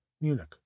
munich